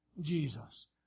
Jesus